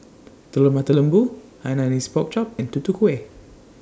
Telur Mata Lembu Hainanese Pork Chop and Tutu Kueh